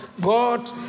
God